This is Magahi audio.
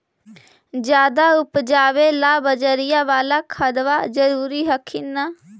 ज्यादा उपजाबे ला बजरिया बाला खदबा जरूरी हखिन न?